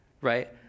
right